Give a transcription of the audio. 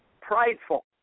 prideful